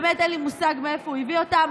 באמת אין לי מושג מאיפה הוא הביא אותם,